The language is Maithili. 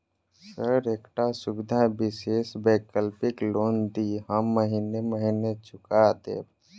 सर एकटा सुविधा विशेष वैकल्पिक लोन दिऽ हम महीने महीने चुका देब?